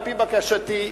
על-פי בקשתי,